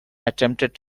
attempted